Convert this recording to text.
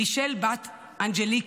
מישל בת אנג'ליקה,